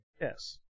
Yes